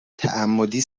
تعمدی